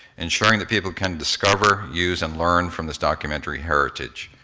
ensuring that people can discover, use, and learn from this documentary heritage.